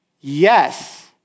Yes